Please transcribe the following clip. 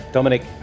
Dominic